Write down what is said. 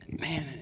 man